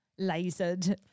lasered